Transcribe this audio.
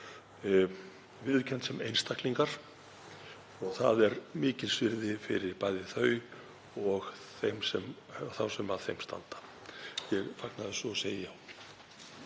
viðurkennd sem einstaklingar. Það er mikils virði fyrir bæði þau og þá sem að þeim standa. Ég fagna þessu og segi já.